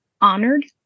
honored